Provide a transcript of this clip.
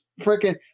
freaking